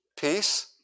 Peace